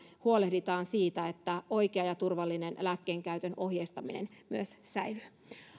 huolehditaan siitä että oikean ja turvallisen lääkkeenkäytön ohjeistaminen myös säilyy